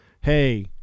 hey